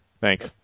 Thanks